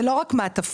זה לא רק מעטפות.